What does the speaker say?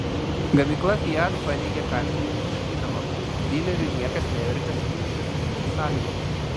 gamykla fiat paneigė kaltinimus sakydama kad dilerių niekas nevertė sutikti su šiomis sąlygomis